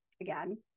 again